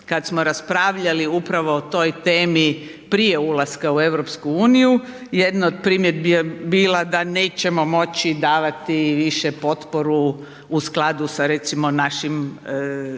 kada smo raspravljali upravo o toj temi prije ulaska u EU, jedna od primjedbi je bila da nećemo moći davati više potporu u skladu sa recimo našim